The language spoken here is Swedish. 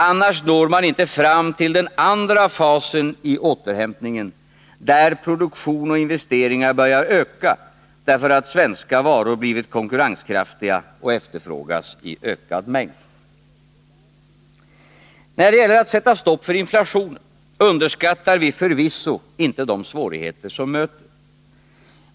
Annars når man inte fram till den andra fasen i återhämtningen, där produktion och investeringar börjar öka, därför att svenska varor blivit konkurrenskraftiga och efterfrågas i ökad mängd. När det gäller att sätta stopp för inflationen, underskattar vi förvisso inte de svårigheter som möter.